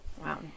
Wow